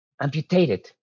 amputated